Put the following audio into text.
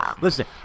Listen